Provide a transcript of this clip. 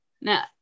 Now